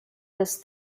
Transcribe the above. this